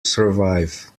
survive